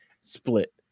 split